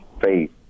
faith